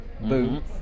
Boom